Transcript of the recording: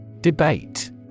Debate